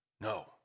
No